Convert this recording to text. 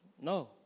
No